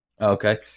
Okay